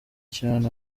cyane